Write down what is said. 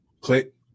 Click